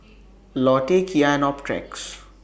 Lotte Kia and Optrex